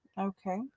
Okay